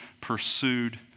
pursued